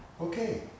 okay